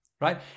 Right